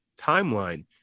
timeline